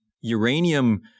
Uranium